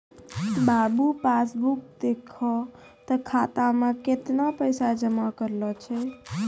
बाबू passbook देखहो तें खाता मे कैतना पैसा जमा करलो छै